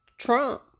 Trump